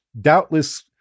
doubtless